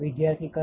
વિદ્યાર્થી6